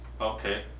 Okay